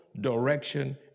direction